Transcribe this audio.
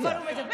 אבל הוא מדבר.